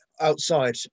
outside